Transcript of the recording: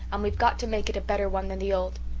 and we've got to make it a better one than the old.